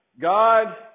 God